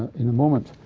in a moment.